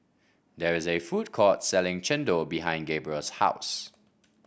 there is a food court selling Chendol behind Gabriel's house